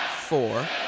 four